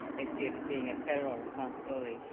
they see it being a federal responsibility.